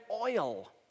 oil